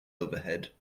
overhead